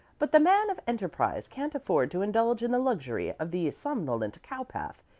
but the man of enterprise can't afford to indulge in the luxury of the somnolent cowpath.